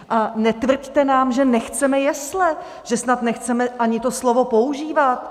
A netvrďte nám, že nechceme jesle, že snad nechceme ani to slovo používat.